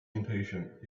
impatient